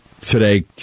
today